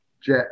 jet